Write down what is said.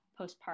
postpartum